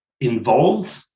involved